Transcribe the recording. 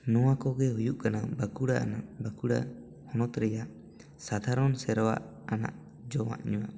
ᱱᱚᱣᱟ ᱠᱚᱜᱮ ᱦᱩᱭᱩᱜ ᱠᱟᱱᱟ ᱵᱟᱸᱠᱩᱲᱟ ᱟᱱ ᱵᱟᱸᱠᱩᱲᱟ ᱦᱚᱱᱚᱛ ᱨᱮᱭᱟᱜ ᱥᱟᱰᱷᱟᱨᱚᱱ ᱥᱮᱣᱟ ᱟᱱᱟᱜ ᱡᱚᱢᱟᱜ ᱧᱩᱭᱟᱜ